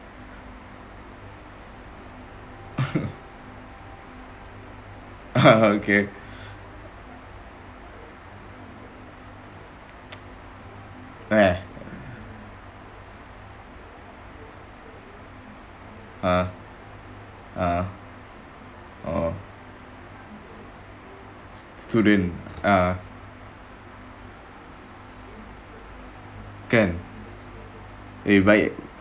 ah okay eh ah ah oh student ah can eh baik